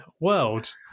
world